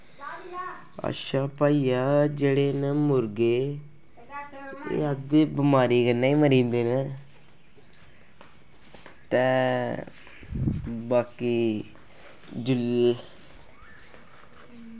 अच्छा भइया जेह्ड़े न मुर्गे एह् एह् अद्धे बमारियें कन्नै गै मरी जंदे न ते बाकी जिल्ल